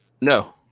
No